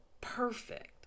Perfect